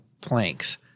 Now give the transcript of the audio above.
planks